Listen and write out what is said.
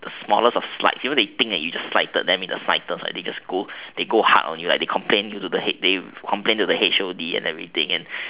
the smallest of slights even if they think you slighted them in the slightest they just go they just go hard on you and complain to the H_O_D and everything